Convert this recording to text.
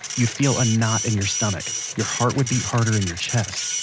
you'd feel a knot in your stomach, your heart would beat harder in your chest.